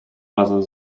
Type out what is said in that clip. razem